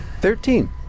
Thirteen